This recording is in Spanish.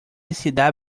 ciudad